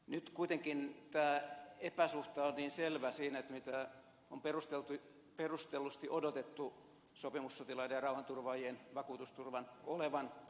nyt kuitenkin tämä epäsuhta on niin selvä siinä että mitä on perustellusti odotettu sopimussotilaiden ja rauhanturvaajien vakuutusturvan olevan